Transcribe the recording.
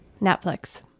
Netflix